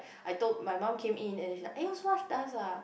I told my mum came in and she's like !aiyo! so much dust ah